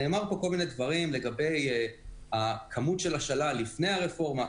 נאמרו פה כל מיני דברים לגבי הכמות של השלל לפני הרפורמה,